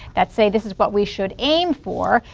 that say, this is what we should aim for.